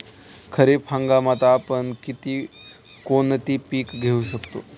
खरीप हंगामात आपण कोणती कोणती पीक घेऊ शकतो?